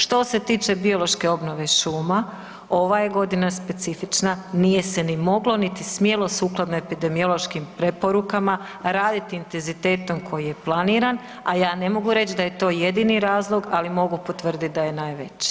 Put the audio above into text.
Što se tiče biološke obnove šuma ova je godina specifična nije se ni moglo, niti smjelo sukladno epidemiološkim preporukama raditi intenzitetom koji je planiran, a ja ne mogu reći da je to jedini razlog, ali mogu potvrditi da je najveći.